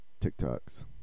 TikToks